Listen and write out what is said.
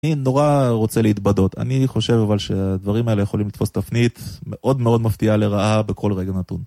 אני נורא רוצה להתבדות, אני חושב אבל שהדברים האלה יכולים לתפוס תפנית מאוד מאוד מפתיעה לרעה בכל רגע נתון.